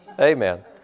Amen